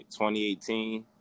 2018